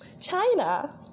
China